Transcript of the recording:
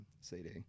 CD